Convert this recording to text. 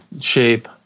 shape